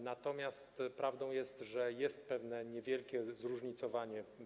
Natomiast prawdą jest, że jest pewne niewielkie zróżnicowanie.